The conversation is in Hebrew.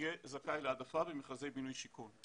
יהיה זכאי להעדפה במכרזי בינוי ושיכון.